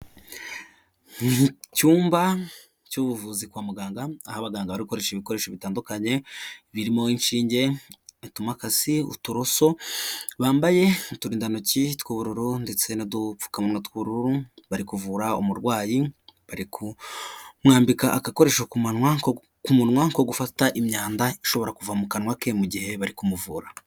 Ni icyumba cy'ubuvuzi kwa muganga abaganga bakoresha ibikoresho bitandukanye birimo inshinge, atumakasi, uturoso, bambaye uturindantoki tw'ubururu ndetse n'udupfukamunwa tw'ubururu bari kuvura umurwayi bari kumwambika agakoresho ku munwa ko gufata imyanda ishobora kuva mu kanwa ke mu gihe bari kumuvura.